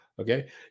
Okay